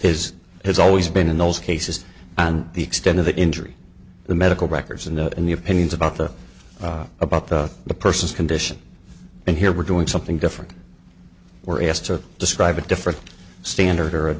is has always been in those cases and the extent of the injury the medical records and the opinions about the about the the person's condition and here we're doing something different we're asked to describe a different standard or